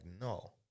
no